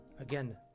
Again